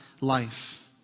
life